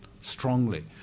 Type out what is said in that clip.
strongly